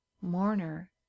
mourner